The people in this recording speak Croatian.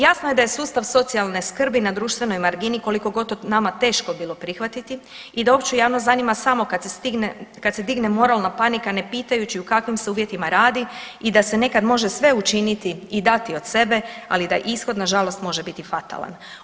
Jasno je da je sustav socijalne skrbi na društvenoj margini kolikogod to nama teško bilo prihvatiti i da opću javnost zanima samo kad se digne moralna panika ne pitajući u kakvim se uvjetima radi da se nekad može sve učiniti i dati od sebe, ali da ishod nažalost može biti fatalan.